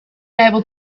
able